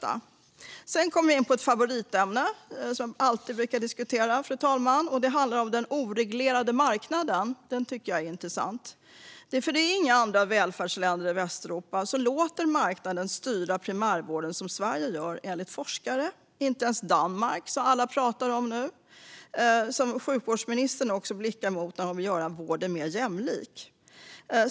Nu, fru talman, kommer jag in på ett favoritämne som jag alltid brukar diskutera. Det handlar om den oreglerade marknaden, som jag tycker är intressant. Inga andra välfärdsländer i Västeuropa låter marknaden styra primärvården så som Sverige gör, enligt forskare. Det gör inte ens Danmark, som alla pratar om nu och som sjukvårdsministern blickar mot när hon vill göra vården mer jämlik.